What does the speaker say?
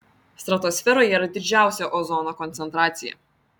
stratosferoje yra didžiausia ozono koncentracija